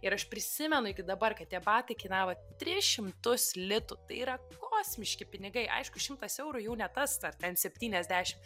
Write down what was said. ir aš prisimenu iki dabar kad tie batai kainavo tris šimtus litų tai yra kosmiški pinigai aišku šimtas eurų jau ne tas ar ten septyniasdeš